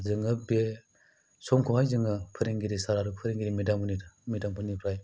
जोङो बे समखौहाय जोङो फोरोंगिरि सार आरो फोरोंगिरि मेदामोननि मेदाम मोननिफ्राय